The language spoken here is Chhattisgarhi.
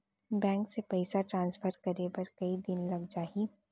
बैंक से पइसा ट्रांसफर करे बर कई दिन लग जाही?